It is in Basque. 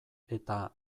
eta